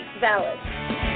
valid